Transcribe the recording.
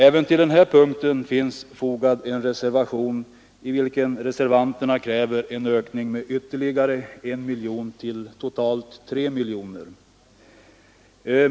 Även till denna punkt finns fogad en reservation, i vilken reservanterna kräver en ökning med ytterligare 1 miljon kronor till 3 miljoner kronor.